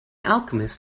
alchemist